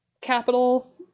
capital